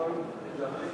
להחליף